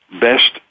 best